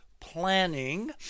planning